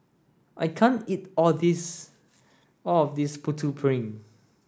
I can't eat all this all of this Putu Piring